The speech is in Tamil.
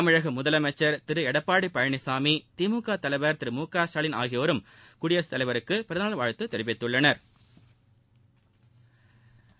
தமிழக முதலமைச்சர் திரு எடப்பாடி பழனிசாமி திமுக தலைவர் திரு மு க ஸ்டாலின் ஆகியோரும் குடியரசுத் தலைவருக்கு பிறந்த நாள் வாழ்த்து தெரிவித்துள்ளனா்